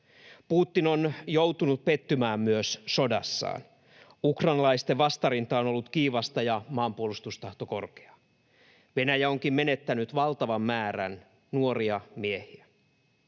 Putin on joutunut pettymään myös sodassaan. Ukrainalaisten vastarinta on ollut kiivasta ja maanpuolustustahto korkeaa. Venäjä onkin menettänyt valtavan määrän nuoria miehiä.